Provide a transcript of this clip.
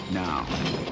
Now